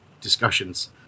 discussions